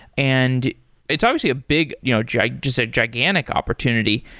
and it's obviously a big you know just a gigantic opportunity,